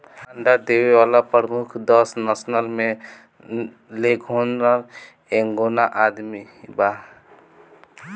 अंडा देवे वाला प्रमुख दस नस्ल में लेघोर्न, एंकोना आदि बा